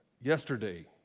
yesterday